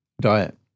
diet